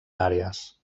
àrees